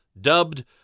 dubbed